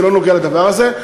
זה לא נוגע לדבר הזה.